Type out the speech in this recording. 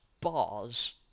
bars